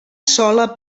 sola